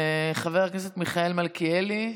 חבר הכנסת מיכאל מלכיאלי,